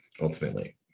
ultimately